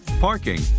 parking